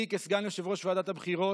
אני, כסגן יושב-ראש ועדת הבחירות,